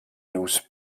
nus